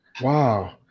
Wow